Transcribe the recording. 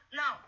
no